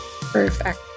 Perfect